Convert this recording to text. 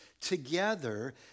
together